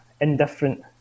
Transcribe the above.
indifferent